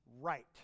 right